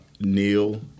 Neil